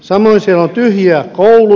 samoin siellä on tyhjiä kouluja